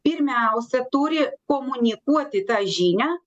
pirmiausia turi komunikuoti tą žinią